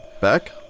Back